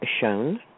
shown